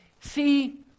See